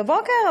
בבוקר,